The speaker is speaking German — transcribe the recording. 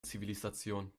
zivilisation